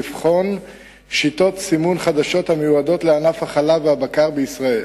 לבחון שיטות סימון חדשות המיועדות לענף החלב והבקר בישראל.